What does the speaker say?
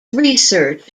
research